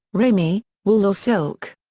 ramie, wool or silk.